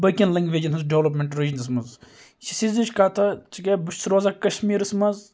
باقٕیَن لینٛگویجَن ہٕنٛز ڈیٚولَپمینٛٹ رینجس منٛز یہِ چھِ یِژھٕے ہِش کَتھا ژٕ کیٛاہ بہٕ چھُس روزان کَشمیٖرَس مَنٛز